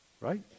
right